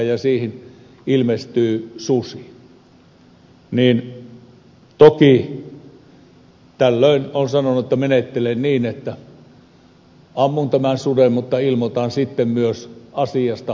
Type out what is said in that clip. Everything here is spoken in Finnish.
toki olen sanonut että tällöin menettelen niin että ammun tämän suden mutta ilmoitan sitten myös asiasta viranomaiselle